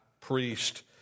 Priest